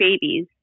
babies